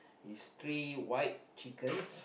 is three white chickens